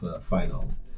Finals